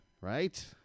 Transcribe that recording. Right